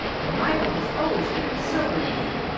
and michael has always been a sober man.